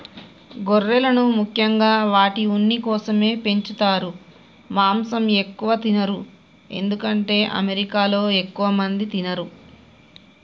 గొర్రెలను ముఖ్యంగా వాటి ఉన్ని కోసమే పెంచుతారు మాంసం ఎక్కువ తినరు ఎందుకంటే అమెరికాలో ఎక్కువ మంది తినరు